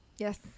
Yes